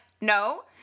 No